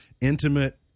intimate